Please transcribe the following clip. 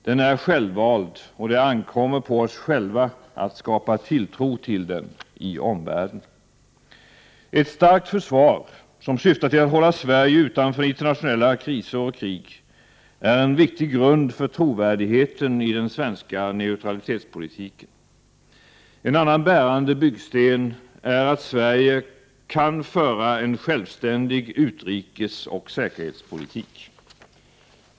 Den är självvald, och det ankommer på oss själva att skapa tilltro till den i omvärlden. Ett starkt försvar, som syftar till att hålla Sverige utanför internationella kriser och krig, är en viktig grund för trovärdigheten i den svenska neutralitetspolitiken. En annan bärande byggsten är att Sverige kan föra en självständig utrikesoch säkerhetspolitik.